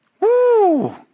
Woo